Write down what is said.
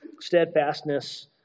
Steadfastness